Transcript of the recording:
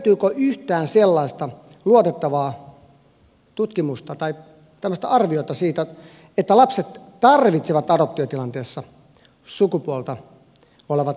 löytyykö yhtään sellaista luotettavaa tutkimusta tai arviota siitä että lapset tarvitsevat adoptiotilanteessa samaa sukupuolta olevat vanhemmat